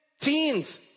teens